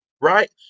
Right